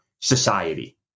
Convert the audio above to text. society